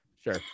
Sure